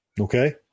Okay